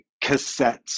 cassettes